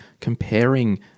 comparing